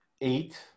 eight